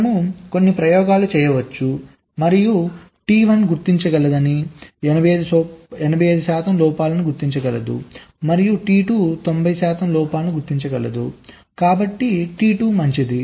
మనము కొన్ని ప్రయోగాలు చేయవచ్చు మరియు T1 గుర్తించగలదని 85 శాతం లోపాలను గుర్తించగలదు మరియు T2 90 శాతం లోపాలను గుర్తించగలదు కాబట్టి t2 మంచిది